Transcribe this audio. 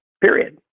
Period